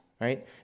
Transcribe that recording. right